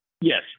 Yes